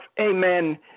amen